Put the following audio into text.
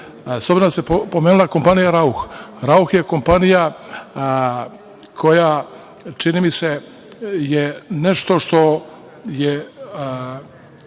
da se pomenula kompanija „Rauch“, „Rauch“ je kompanija koja čini mi se je nešto što je